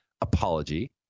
apology